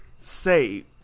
say